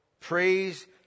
praise